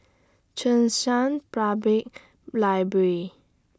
Cheng San Public Library